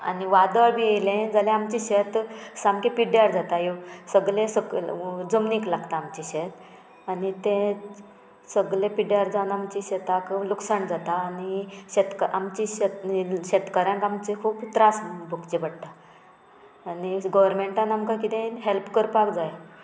आनी वादळ बी येयलें जाल्यार आमचें शेत सामकें पिड्ड्यार जाता सगलें सकयल जमनीक लागता आमचें शेत आनी तें सगलें पिड्ड्यार जावन आमच्या शेतांक लुकसाण जाता आनी शेतका आमचे शेत शेतकारांक आमचे खूब त्रास भोगचे पडटा आनी गोवोरमेंटान आमकां किदेंय हेल्प करपाक जाय